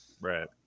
right